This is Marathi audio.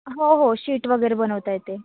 हो हो शीट वगैरे बनवता येते